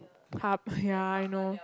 hub ya I know